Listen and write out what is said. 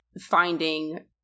finding